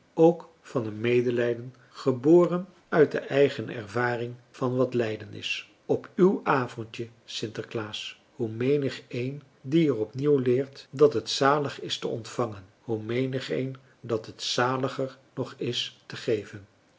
ook van een medelijden geboren uit de eigen ervaring van wat lijden is op w avondje sinterklaas hoe menigeen die er opnieuw leert dat het zalig is te ontvangen hoe menigeen dat het zaliger nog is te geven